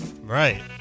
Right